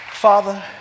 Father